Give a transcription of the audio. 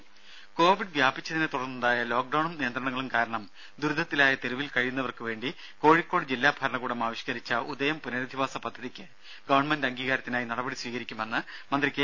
ദേദ കോവിഡ് വ്യാപിച്ചതിനെ തുടർന്നുണ്ടായ ലോക്ഡൌണും നിയന്ത്രണങ്ങളും കാരണം ദുരിതത്തിലായ തെരുവിൽ കഴിയുന്നവർക്ക് വേണ്ടി കോഴിക്കോട് ജില്ലാ ഭരണകൂടം ആവിഷ്കരിച്ച ഉദയം പുനരധിവാസ പദ്ധതിക്ക് ഗവൺമെന്റ് അംഗീകാരത്തിനായി നടപടി സ്വീകരിക്കുമെന്ന് മന്ത്രി കെ